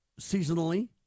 seasonally